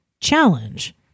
challenge